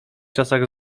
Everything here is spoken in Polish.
czasach